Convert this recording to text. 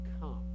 come